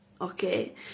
Okay